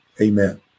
Amen